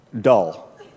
dull